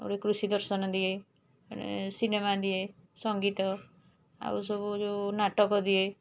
ଗୋଟେ କୃଷି ଦର୍ଶନ ଦିଏ ସିନେମା ଦିଏ ସଙ୍ଗୀତ ଆଉ ସବୁ ଯେଉଁ ନାଟକ ଦିଏ